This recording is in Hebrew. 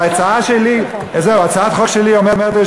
והצעת החוק שלי אומרת,